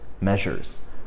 measures